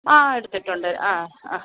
ആ എടുത്തിട്ടുണ്ട് ആ ആ